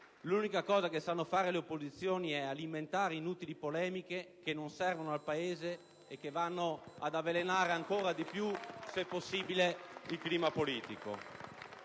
l'unica cosa che sanno fare le opposizioni è alimentare inutili polemiche che non servono al Paese e che vanno ad avvelenare ancora di più, se possibile, il clima politico.